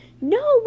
no